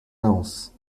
else